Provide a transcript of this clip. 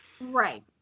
Right